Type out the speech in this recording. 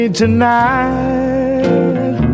tonight